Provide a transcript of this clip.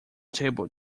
table